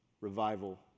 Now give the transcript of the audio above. revival